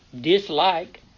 dislike